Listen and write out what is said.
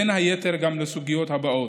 בין היתר, גם לסוגיות הבאות: